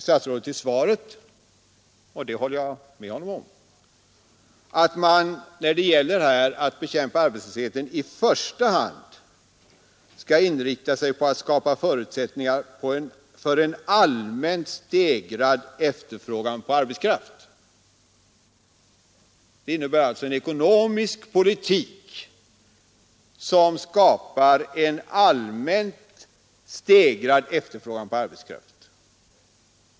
Statsrådet säger i sitt svar — det håller jag med honom om — att man när det gäller att bekämpa arbetslösheten i första hand skall inrikta sig på att ”skapa förutsättningar för en allmänt stegrad efterfrågan på arbetskraft”. Det innebär alltså att man måste föra en ekonomisk politik, som skapar en allmänt stegrad efterfrågan på arbetskraft.